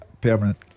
Permanent